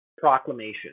proclamation